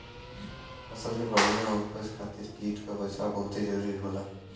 फसल के बढ़िया उपज खातिर कीट क बचाव बहुते जरूरी होला